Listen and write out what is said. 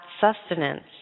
sustenance